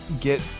get